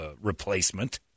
replacement